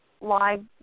live